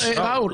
ראול,